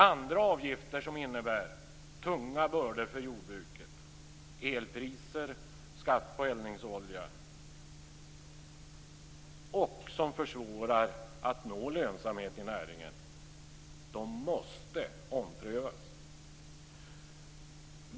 Andra avgifter som innebär tunga bördor för jordbruket, t.ex. elpriser och skatt på eldningsolja, och som försvårar möjligheterna att nå lönsamhet i näringen måste omprövas. Fru talman!